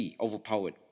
overpowered